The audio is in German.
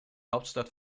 hauptstadt